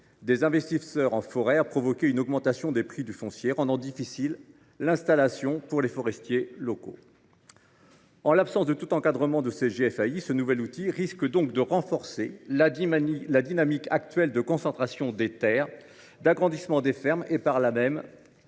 des investisseurs en forêt a provoqué une augmentation des prix du foncier, rendant difficile l’installation pour les forestiers locaux. En l’absence de tout encadrement de ces GFAI, ce nouvel outil risque donc de renforcer la dynamique actuelle de concentration des terres et d’agrandissement des fermes et, par là même,